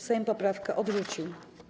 Sejm poprawkę odrzucił.